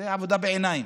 זאת עבודה בעיניים.